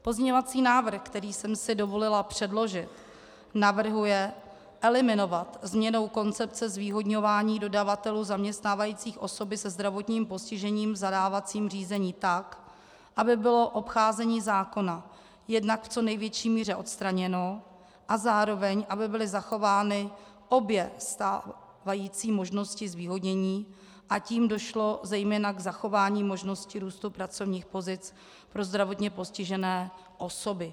Pozměňovací návrh, který jsem si dovolila předložit, navrhuje eliminovat změnou koncepce zvýhodňování dodavatelů zaměstnávajících osoby se zdravotním postižením v zadávacím řízení tak, aby bylo obcházení zákona jednak v co největší míře odstraněno a zároveň aby byly zachovány obě stávající možnosti zvýhodnění, a tím došlo zejména k zachování možnosti růstu pracovních pozic pro zdravotně postižené osoby.